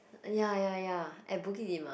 ya ya ya at Bukit-Timah